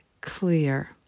clear